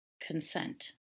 consent